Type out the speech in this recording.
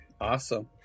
awesome